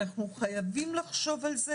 אנחנו חייבים לחשוב על זה